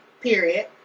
period